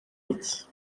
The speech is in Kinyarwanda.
iki